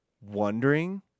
wondering